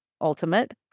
ultimate